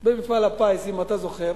במפעל הפיס, אם אתה זוכר,